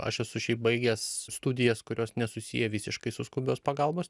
aš esu šiaip baigęs studijas kurios nesusiję visiškai su skubios pagalbos